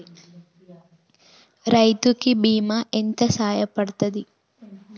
రైతు కి బీమా ఎంత సాయపడ్తది?